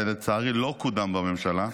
ולצערי לא קודם בממשלה,